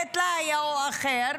בית לאהייה או אחר,